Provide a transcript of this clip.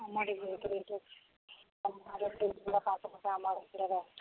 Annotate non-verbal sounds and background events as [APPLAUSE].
ଆମ ଆଡ଼େ ବି ବହୁତ ରେଟ୍ ଅଛି ତୁମ ଆଡ଼େ [UNINTELLIGIBLE]